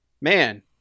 man